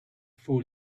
four